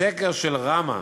בסקר של ראמ"ה,